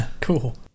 Cool